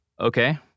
okay